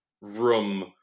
room